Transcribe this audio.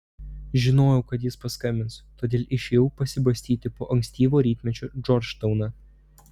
žinojau kad jis paskambins todėl išėjau pasibastyti po ankstyvo rytmečio džordžtauną